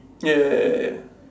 ya ya ya ya